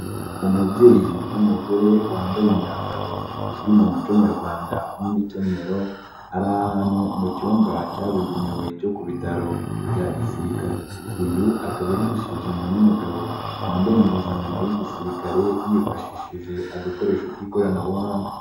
Umubyeyi w'umugore wambaye imyambaro izwi mu muco nyarwanda nk'imikenyero, ari mu cyumba cyabugenewe cyo ku bitaro bya gisirikare, uyu akaba ari gusuzumwa n'umugabo wambaye impuzankano y'igisirikare yifashishije agakoresho k'ikoranabuhanga.